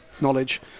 knowledge